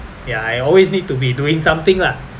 ya I always need to be doing something lah